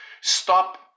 stop